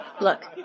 Look